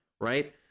right